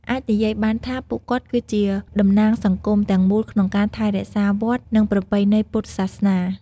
អាចនិយាយបានថា ពួកគាត់គឺជា តំណាងសង្គម ទាំងមូលក្នុងការ ថែរក្សាវត្ត និងប្រពៃណីពុទ្ធសាសនា។